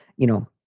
you know,